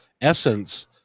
essence